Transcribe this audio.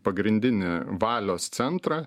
pagrindinį valios centrą